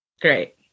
great